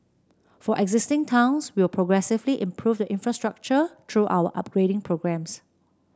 for existing towns we will progressively improve the infrastructure through our upgrading programmes